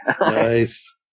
Nice